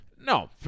No